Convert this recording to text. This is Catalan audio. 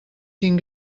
quin